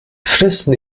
fressen